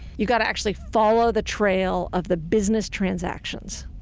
you've gotta actually follow the trail of the business transactions.